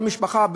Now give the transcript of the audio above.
כל משפחה,